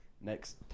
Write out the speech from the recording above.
next